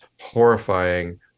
horrifying